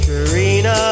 Karina